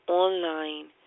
online